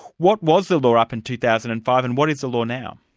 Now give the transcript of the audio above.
what was the law up in two thousand and five, and what is the law now?